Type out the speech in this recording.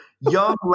young